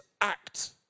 act